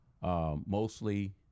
mostly